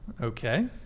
Okay